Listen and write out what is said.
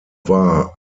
war